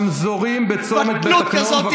תודה.